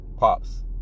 Pops